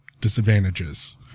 disadvantages